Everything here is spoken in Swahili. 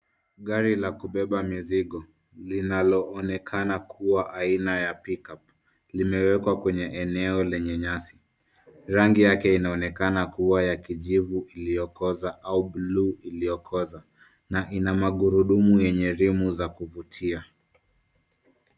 Gari la kubeba mizigo, linaloonekana kuwa aina ya pick up limewekwa kwenye eneo lenye nyasi, rangi yake inaonekana kuwa ya kijivu iliokosa au bluu iliokosa na ina magurudumu enye rimu za kuvutia.